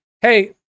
hey